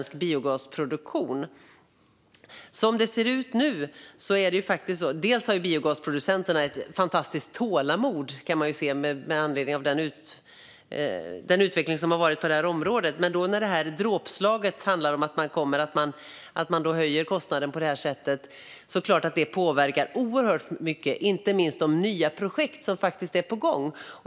Som det ser ut nu har biogasproducenterna ett fantastiskt tålamod mot bakgrund av den utveckling som varit på området, men dråpslaget som handlar om att man kommer att höja kostnaden påverkar såklart oerhört mycket. Det gäller inte minst de nya projekt som är på gång.